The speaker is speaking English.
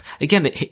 again